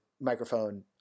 microphone